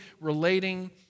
relating